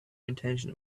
intention